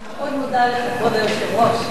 אני מאוד מודה לך, כבוד היושב-ראש.